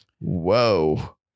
whoa